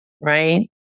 right